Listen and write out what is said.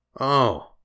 Oh